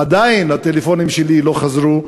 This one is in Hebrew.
עדיין הטלפונים שלי לא חזרו,